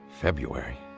February